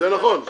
אותה